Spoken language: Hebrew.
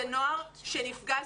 זה נוער שנפגע,